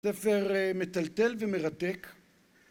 ספר מטלטל ומרתק.